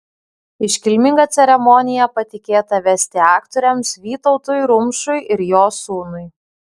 iškilmingą ceremoniją patikėta vesti aktoriams vytautui rumšui ir jo sūnui